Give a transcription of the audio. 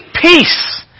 peace